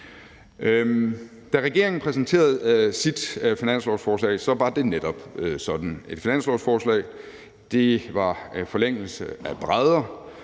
Da regeringen præsenterede sit finanslovsforslag, var det netop sådan et finanslovsforslag. Det var en forlængelse af brædder